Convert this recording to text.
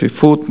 צפיפות,